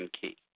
key